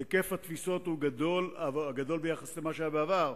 היקף התפיסות גדול ביחס למה שהיה בעבר,